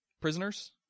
Prisoners